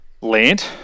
land